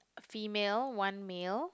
a female one male